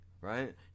right